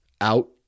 out